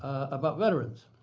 about veterans.